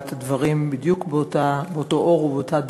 את הדברים בדיוק באותו אור ובאותה הדרך.